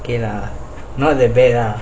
okay lah not that bad lah